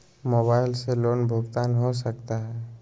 Mobile से loan भुगतान हो सकता है?